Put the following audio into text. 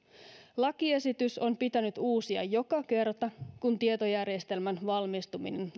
lakiesitys on pitänyt uusia joka kerta kun tietojärjestelmän valmistuminen